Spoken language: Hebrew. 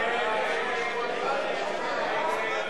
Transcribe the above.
הצעת סיעת